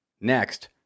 Next